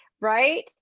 right